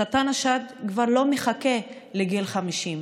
סרטן השד כבר לא מחכה לגיל 50,